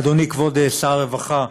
אדוני כבוד שר הרווחה,